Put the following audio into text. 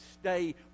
stay